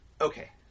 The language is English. okay